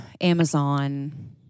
Amazon